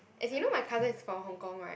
as in you know my cousin is from Hong-Kong [right]